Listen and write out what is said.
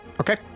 Okay